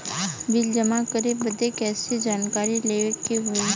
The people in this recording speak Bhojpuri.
बिल जमा करे बदी कैसे जानकारी लेवे के होई?